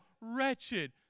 wretched